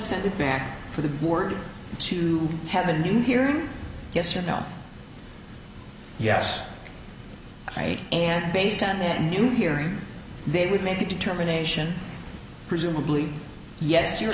send it back for the board to have a new hearing yes or no yes i am based m m u hearing they would make the determination presumably yes you're